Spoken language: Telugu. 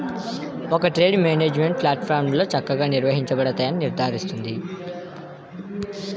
ఒక ట్రేడ్ మేనేజ్మెంట్ ప్లాట్ఫారమ్లో చక్కగా నిర్వహించబడతాయని నిర్ధారిస్తుంది